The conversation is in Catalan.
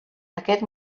aquest